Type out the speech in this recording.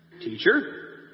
teacher